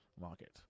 market